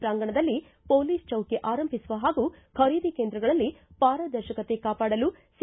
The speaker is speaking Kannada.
ಪ್ರಾಂಗಣದಲ್ಲಿ ಮೊಲೀಸ್ ಚೌಕಿ ಆರಂಭಿಸುವ ಹಾಗೂ ಖರೀದಿ ಕೇಂದ್ರಗಳಲ್ಲಿ ಪಾರದರ್ಶಕತೆ ಕಾಪಾಡಲು ಸಿ